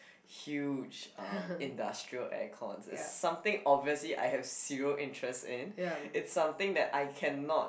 huge um industrial aircons it's something obviously I have zero interest in it's something that I cannot